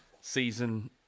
season